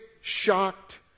shocked